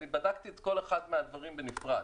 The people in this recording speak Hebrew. אני בדקתי את כל אחד מהדברים בנפרד.